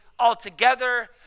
Altogether